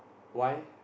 why